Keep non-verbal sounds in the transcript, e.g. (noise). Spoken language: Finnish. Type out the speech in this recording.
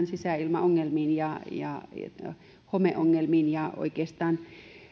(unintelligible) sisäilmaongelmiin ja ja homeongelmiin ja oikeastaan